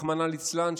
רחמנא ליצלן,